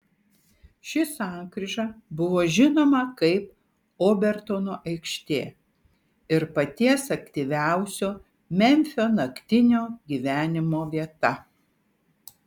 ši sankryža buvo žinoma kaip obertono aikštė ir paties aktyviausio memfio naktinio gyvenimo vieta